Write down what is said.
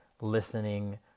listening